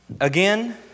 Again